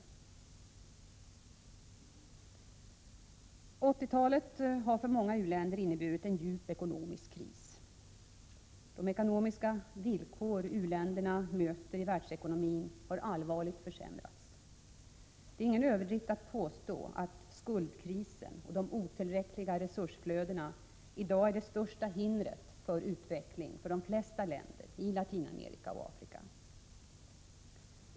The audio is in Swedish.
1980-talet har för många u-länder inneburit en djup ekonomisk kris. De ekonomiska villkor u-länderna möter i världsekonomin har allvarligt försämrats. Det är ingen överdrift att påstå att skuldkrisen och de otillräckliga resursflödena i dag är det största hindret för utvecklingen i de flesta länder i Latinamerika och Afrika.